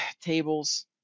tables